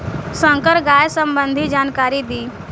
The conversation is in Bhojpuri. संकर गाय संबंधी जानकारी दी?